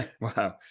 Wow